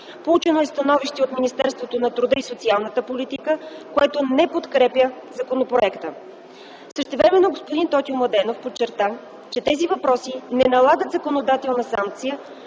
Получено е становище от Министерството на труда и социалната политика, което не подкрепя законопроекта. Същевременно господин Тотю Младенов подчерта, че тези въпроси не налагат законодателна санкция